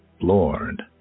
Lord